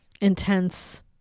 intense